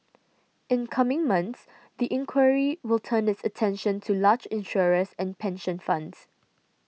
in coming months the inquiry will turn its attention to large insurers and pension funds